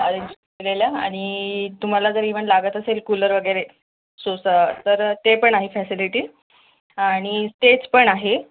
arrange केलेल्या आणि तुम्हाला जर इव्हण लागत असेल कुलर वगैरे सोसा तर ते पण आहे फॅसिलिटी आणि स्टेज पण आहे